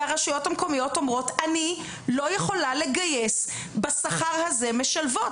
והרשויות המקומיות אומרות: אני לא יכולה לגייס בשכר הזה משלבות,